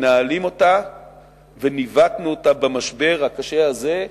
מנהלים אותה וניווטנו אותה במשבר הקשה הזה,